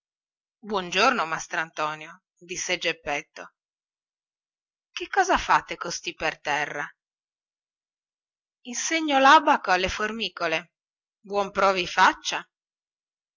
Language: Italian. buon giorno mastrantonio disse geppetto che cosa fate costì per terra insegno labbaco alle formicole buon pro vi faccia